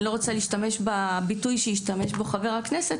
אני לא רוצה להשתמש בביטוי שהשתמש בו חבר הכנסת,